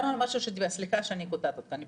אנחנו